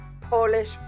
Polish